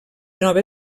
nova